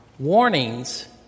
Warnings